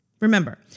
Remember